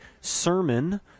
sermon